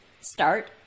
Start